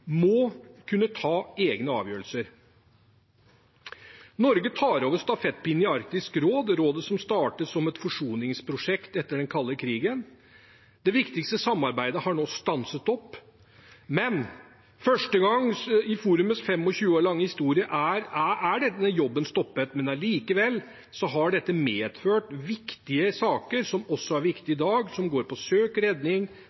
må kunne ta egne avgjørelser. Norge tar over stafettpinnen i Arktisk råd, rådet som startet som et forskningsprosjekt etter den kalde krigen. Det viktigste samarbeidet har nå stanset opp, for første gang i forumets 25 års lange historie er denne jobben stoppet. Likevel har samarbeidet medført viktige saker, saker som også er viktige i dag, og som går på søk, redning,